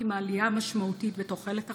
עם העלייה המשמעותית בתוחלת החיים,